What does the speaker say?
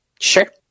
Sure